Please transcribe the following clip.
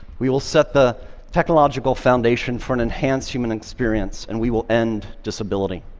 we will set the technological foundation for an enhanced human experience, and we will end disability.